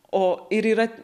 o ir yra